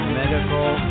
medical